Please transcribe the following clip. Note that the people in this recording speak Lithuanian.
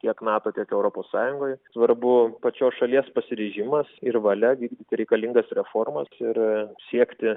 tiek nato tiek europos sąjungoj svarbu pačios šalies pasiryžimas ir valia vykdyti reikalingas reformas ir siekti